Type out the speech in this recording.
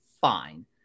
Fine